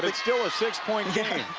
but still a six-point game.